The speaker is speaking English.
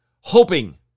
hoping